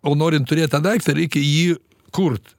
o norint turėt tą daiktą reikia jį kurt